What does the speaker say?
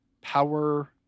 power